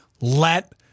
Let